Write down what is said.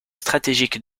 stratégique